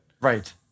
Right